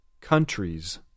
Countries